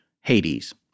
Hades